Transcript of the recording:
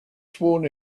sworn